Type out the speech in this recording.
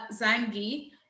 Zangi